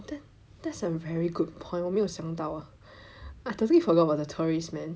that's a very good point 我没有想到 I totally forgot about the tourists man